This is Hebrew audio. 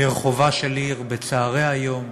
ברחובה של עיר בצהרי היום,